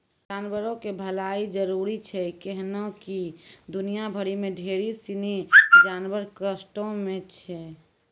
जानवरो के भलाइ जरुरी छै कैहने कि दुनिया भरि मे ढेरी सिनी जानवर कष्टो मे छै